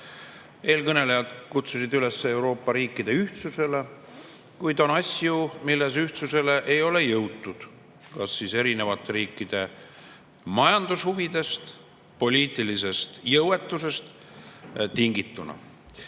Eelkõnelejad kutsusid üles Euroopa riikide ühtsusele, kuid on asju, milles ei ole ühtsusele jõutud, kas eri riikide majandushuvidest või ka poliitilisest jõuetusest tingituna. Ja